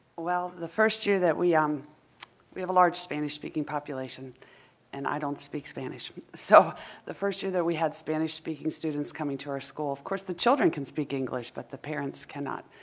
well, the first year that we um we have a large spanish-speaking population and i don't speak spanish so the first year that we had spanish-speaking students coming to our school, of course, the children can speak english but the parents cannot.